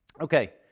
Okay